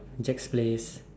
Jack's Place